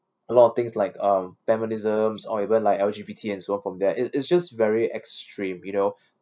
a lot of things like um feminism or even like L_G_B_T and so on from there it it's just very extreme you know